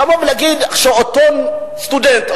לבוא ולהגיד שאותו סטודנט,